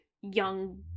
young